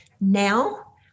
Now